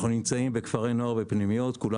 אנו נמצאים בכפרי נוער ופנימיות,